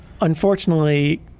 unfortunately